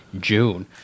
June